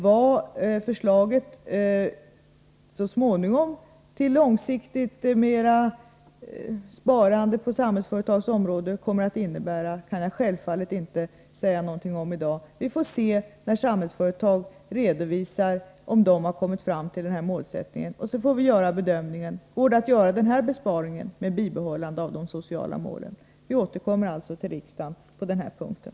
Vad förslaget till långsiktigt sparande inom Samhällsföretags verksamhetsområde så småningom kommer att innebära kan jag självfallet inte säga någonting om i dag. När Samhällsföretag lämnar sin redovisning får vi se om de mål som satts upp har kunnat uppnås. Vi får då göra bedömningen, om besparingen går att genomföra med bibehållande av de sociala målen. Vi återkommer alltså till riksdagen på den här punkten.